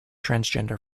transgender